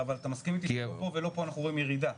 אתה מסכים איתי שבכל מקרה איננו רואים ירידה,